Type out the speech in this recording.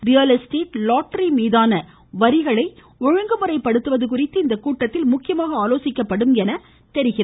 real estate lottery மீதான வரிகளை ஒழுங்குமுறைப்படுத்துவது குறித்து இக்கூட்டத்தில் முக்கியமாக ஆலோசிக்கப்படும் என தெரிகிறது